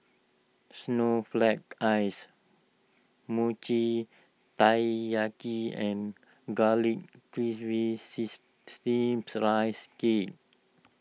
Snowflake Ice Mochi Taiyaki and Garlic Chives Steamed Rice Cake